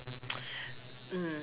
mm